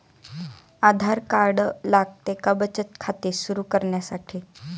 आधार card लागते का बचत खाते सुरू करण्यासाठी?